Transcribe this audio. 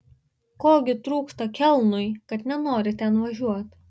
ko gi trūksta kelnui kad nenori ten važiuot